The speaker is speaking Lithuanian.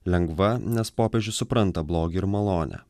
lengva nes popiežius supranta blogį ir malonę